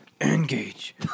Engage